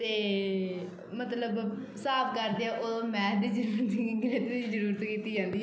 ਅਤੇ ਮਤਲਬ ਹਿਸਾਬ ਕਰਦੇ ਆ ਉਦੋਂ ਮੈਥ ਦੀ ਜ਼ਰੂਰਤ ਗਣਿਤ ਦੀ ਜ਼ਰੂਰਤ ਕੀਤੀ ਜਾਂਦੀ ਆ